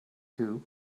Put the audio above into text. two